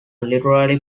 literally